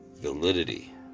validity